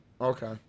okay